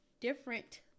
different –